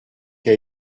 qu’a